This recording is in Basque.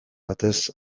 batez